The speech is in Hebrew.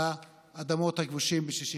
באדמות הכבושות מ-67'.